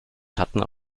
schatten